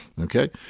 Okay